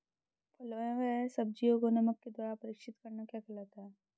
फलों व सब्जियों को नमक के द्वारा परीक्षित करना क्या कहलाता है?